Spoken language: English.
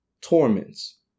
torments